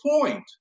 point